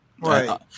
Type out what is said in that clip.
Right